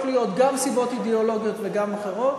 להיות גם סיבות אידיאולוגיות וגם אחרות,